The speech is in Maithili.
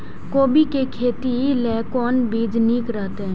कोबी के खेती लेल कोन बीज निक रहैत?